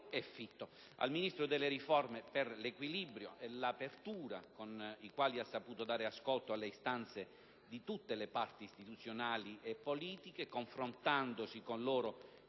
il Ministro per le riforme, per l'equilibrio e l'apertura con i quali ha saputo dare ascolto alle istanze di tutte le parti istituzionali e politiche, confrontandosi con loro